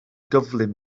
gyflym